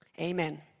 Amen